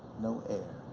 no air,